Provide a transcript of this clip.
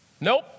Nope